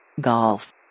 Golf